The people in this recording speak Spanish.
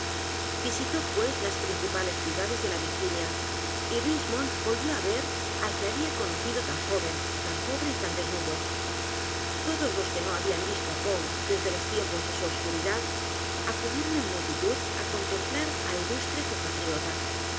visitó pues las principales ciudades de la virginia y richmond volvió á ver al que había conocido tan joven tan pobre y tan desnudo todos los que no habían visto á p o e desde los tiempos de su obscuridad acudieron en multitud á contemplar al ilustre compatriota